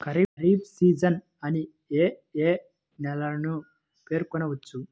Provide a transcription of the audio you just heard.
Kharif season అని ఏ ఏ నెలలను పేర్కొనవచ్చు?